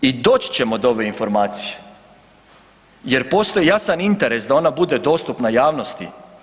I doći ćemo do ove informacije jer postoji jasan interes da ona bude dostupna javnosti.